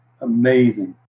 amazing